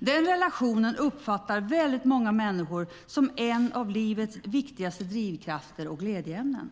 Den relationen uppfattar väldigt många människor som en av livets viktigaste drivkrafter och glädjeämnen.